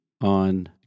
on